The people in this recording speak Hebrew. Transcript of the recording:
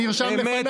שנרשם לפניי.